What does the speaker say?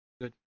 Good